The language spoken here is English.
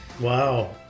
Wow